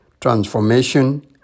transformation